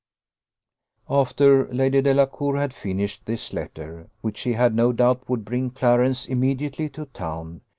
after lady delacour had finished this letter, which she had no doubt would bring clarence immediately to town,